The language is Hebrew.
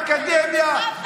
אקדמיה,